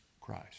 Christ